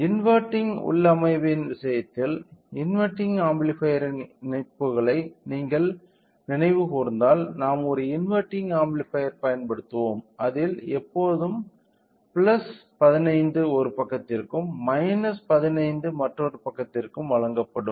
inverting உள்ளமைவின் விஷயத்தில் inverting ஆம்பிளிபையர்ன் இணைப்புகளை நீங்கள் நினைவுகூர்ந்தால் நாம் ஒரு இன்வெர்ட்டிங் ஆம்பிளிபையர் பயன்படுத்துவோம் அதில் எப்போதும் 15 ஒரு பக்கத்திற்கும் 15 மற்றொரு பக்கத்திற்கும் வழங்கப்படும்